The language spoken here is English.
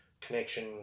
connection